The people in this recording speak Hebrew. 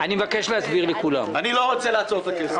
אני לא רוצה לעצור את הכסף.